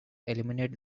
eliminate